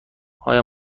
آیا